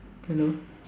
hello